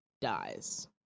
dies